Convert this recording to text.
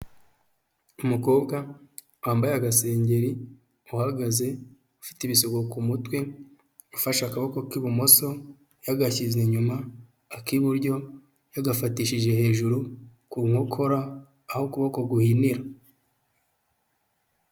Umukobwa wambaye agasengeri, uhagaze, ufite ibisuko ku mutwe, ufashe akaboko k'ibumoso yagashyizwe inyuma, ak'iburyo yagafatishije hejuru ku nkokora aho ukuboko guhinira.